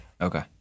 Okay